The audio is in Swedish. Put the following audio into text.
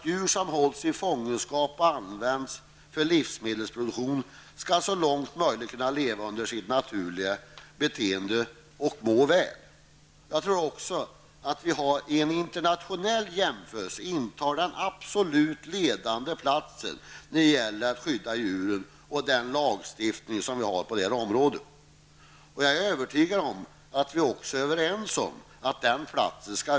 Djur som hålls i fångenskap och används för livsmedelsproduktion skall så långt möjligt kunna leva under sitt naturliga beteende och må väl. Jag tror också att vi, och den lagstiftning vi har på detta område, i en internationell jämförelse intar den absolut ledande platsen när det gäller att skydda djur. Jag är övertygad om att vi är överens om att vi skall behålla den platsen.